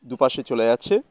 দুপাশে চলে যাচ্ছে